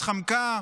התחמקה,